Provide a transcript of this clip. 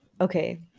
Okay